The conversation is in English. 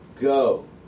Go